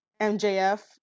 MJF